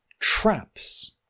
traps